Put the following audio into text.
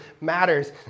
matters